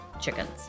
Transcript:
chickens